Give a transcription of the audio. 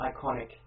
iconic